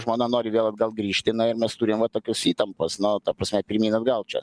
žmona nori vėl atgal grįžti na ir mes turėjom va tokios įtampos nu ta prasme pirmyn atgal čia